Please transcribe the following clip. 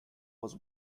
was